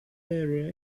area